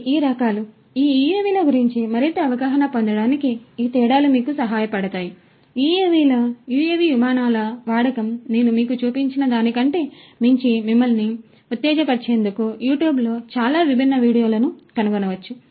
ఇవి ఈ రకాలు ఈ యుఎవిల గురించి మరింత అవగాహన పొందడానికి ఈ తేడాలు మీకు సహాయపడతాయి యుఎవిల యుఎవి విమానాల వాడకం నేను మీకు చూపించినదానికంటే మించి మిమ్మల్ని ఉత్తేజపరిచేందుకు యూట్యూబ్లో చాలా విభిన్న వీడియోలను కనుగొనవచ్చు